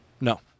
No